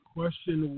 question